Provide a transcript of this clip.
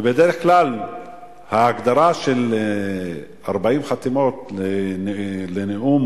ובדרך כלל ההגדרה של 40 חתימות לנאום